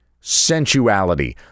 sensuality